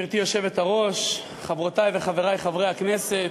גברתי היושבת-ראש, חברותי וחברי חברי הכנסת,